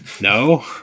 No